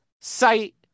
sight